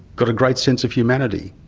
got a great sense of humanity.